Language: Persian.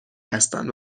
هستن